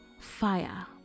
fire